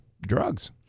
drugs